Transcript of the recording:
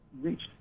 reached